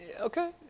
Okay